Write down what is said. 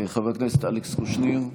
חבר הכנסת אלכס קושניר,